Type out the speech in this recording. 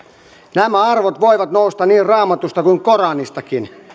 nämä arvot voivat nousta niin raamatusta kuin koraanistakin